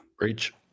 Reach